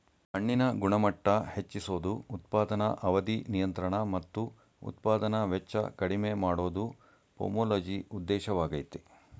ಹಣ್ಣಿನ ಗುಣಮಟ್ಟ ಹೆಚ್ಚಿಸೋದು ಉತ್ಪಾದನಾ ಅವಧಿ ನಿಯಂತ್ರಣ ಮತ್ತು ಉತ್ಪಾದನಾ ವೆಚ್ಚ ಕಡಿಮೆ ಮಾಡೋದು ಪೊಮೊಲಜಿ ಉದ್ದೇಶವಾಗಯ್ತೆ